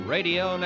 Radio